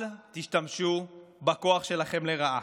אל תשתמשו בכוח שלכם לרעה.